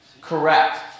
correct